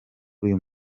uyu